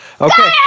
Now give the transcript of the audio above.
Okay